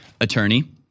attorney